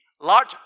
large